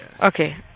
Okay